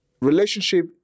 relationship